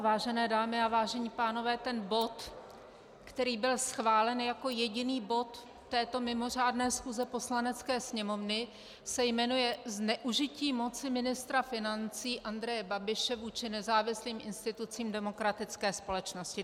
Vážené dámy a vážení pánové, ten bod, který byl schválen jako jediný bod této mimořádné schůze Poslanecké sněmovny, se jmenuje Zneužití moci ministra financí Andreje Babiše vůči nezávislým institucím demokratické společnosti.